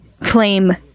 claim